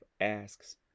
asks